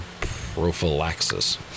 prophylaxis